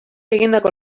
egindako